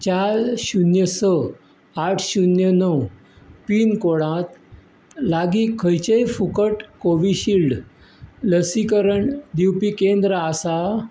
चार शुन्य स आठ शुन्य णव पिनकोडांत लागीं खंयचेंय फुकट कोविशिल्ड लसीकरण दिवपी केंद्र आसा